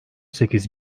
sekiz